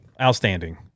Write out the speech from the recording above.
outstanding